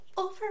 Over